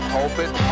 Pulpit